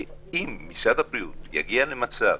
אם משרד הבריאות יגיע למצב